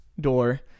Door